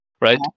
right